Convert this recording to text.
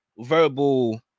verbal